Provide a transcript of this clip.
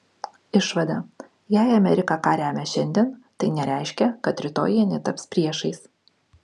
išvada jei amerika ką remia šiandien tai nereiškia kad rytoj jie netaps priešais